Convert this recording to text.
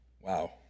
Wow